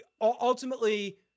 ultimately